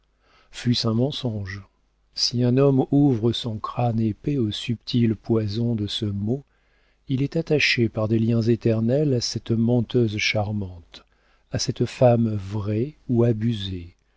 fût-ce un mensonge si un homme ouvre son crâne épais au subtil poison de ce mot il est attaché par des liens éternels à cette menteuse charmante à cette femme vraie ou abusée